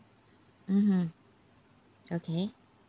mmhmm okay